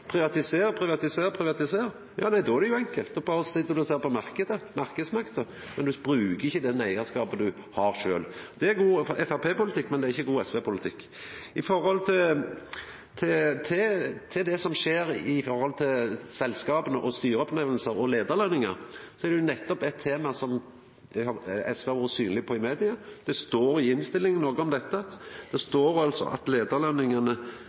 Privatiser, privatiser, privatiser. Då er det jo enkelt. Då sit du berre og ser på marknaden og marknadsmakta. Du bruker ikkje den eigarskapen du har sjølv. Det er god framstegspartipolitikk, men det er ikkje god SV-politikk. Når det gjeld det som skjer i selskapa med styreoppnemningar og leiarlønningar, er det nettopp tema som SV har vore synleg på i media. Det står noko om dette i innstillinga. Det står at